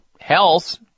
health